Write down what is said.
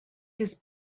his